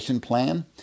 plan